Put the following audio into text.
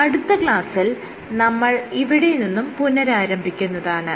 അടുത്ത ക്ലാസിൽ നമ്മൾ ഇവിടെ നിന്നും പുനഃരാരംഭിക്കുന്നതാണ്